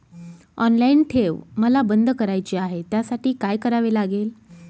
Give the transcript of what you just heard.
Online ठेव मला बंद करायची आहे, त्यासाठी काय करावे लागेल?